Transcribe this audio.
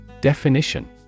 Definition